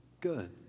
good